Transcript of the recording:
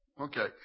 Okay